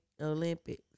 Olympics